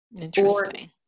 Interesting